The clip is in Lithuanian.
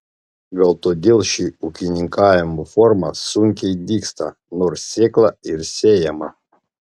gal todėl ši ūkininkavimo forma sunkiai dygsta nors sėkla ir sėjama